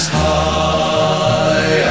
high